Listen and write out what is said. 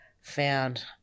found